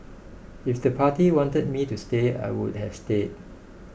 if the party wanted me to stay I would have stayed